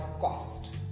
cost